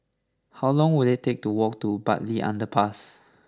how long will it take to walk to Bartley Underpass